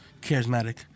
charismatic